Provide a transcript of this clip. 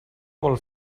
vol